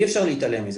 אי אפשר להתעלם מזה,